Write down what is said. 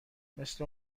مثل